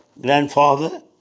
Grandfather